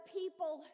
people